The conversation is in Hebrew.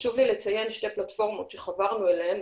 חשוב לי לציין שתי פלטפורמות שחברנו אליהן,